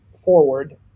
forward